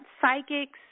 psychics